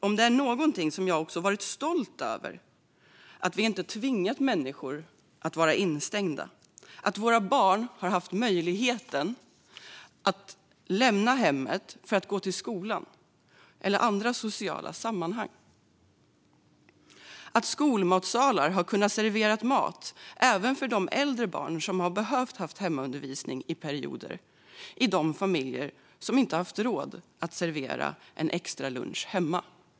Om det är något jag har varit stolt över är det att vi inte har tvingat människor att vara instängda. Våra barn har fått lämna hemmet för att gå till skolan eller andra sociala sammanhang. Skolmatsalar har serverat mat även för de äldre barn som i perioder har haft hemundervisning och som kommer från familjer som inte har haft råd att servera en extra lunch hemma.